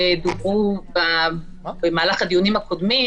בהקשר של מתן זכות: